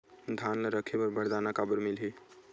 धान ल रखे बर बारदाना काबर मिलही?